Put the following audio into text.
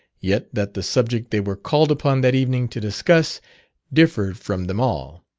yet that the subject they were called upon that evening to discuss differed from them all.